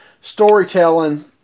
storytelling